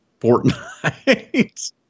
Fortnite